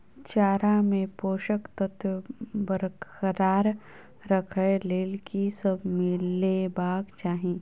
चारा मे पोसक तत्व बरकरार राखै लेल की सब मिलेबाक चाहि?